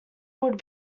would